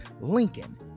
Lincoln